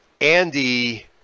Andy